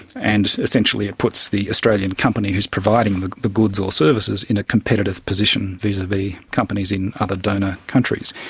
and essentially it puts the australian company who is providing the the goods or services in a competitive position vis-a-vis companies in other donor countries.